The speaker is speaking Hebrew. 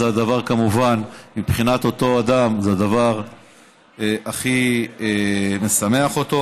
כמובן, מבחינת אותו אדם זה הדבר שהכי משמח אותו,